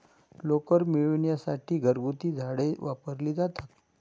लोकर मिळविण्यासाठी घरगुती झाडे वापरली जातात